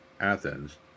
Athens